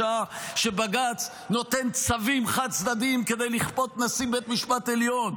בשעה שבג"ץ נותן צווים חד-צדדיים כדי לכפות נשיא בית משפט עליון,